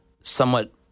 somewhat